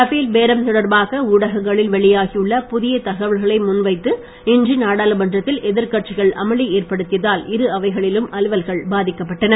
Rafale பேரம் தொடர்பாக ஊடகங்களில் வெளியாகியுள்ள புதிய தகவல்களை முன்வைத்து இன்று நாடாளுமன்றத்தில் எதிர்கட்சிகள் அமளி ஏற்படுத்தியதால் இரு அவைகளிலும் அலுவல்கள் பாதிக்கப் பட்டன